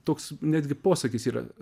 toks netgi posakis yra